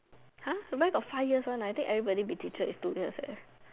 where got five years one I think everybody be teacher only two years one